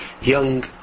young